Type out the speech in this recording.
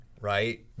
right